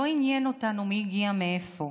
לא עניין אותנו מי הגיע מאיפה,